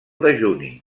dejuni